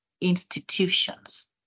institutions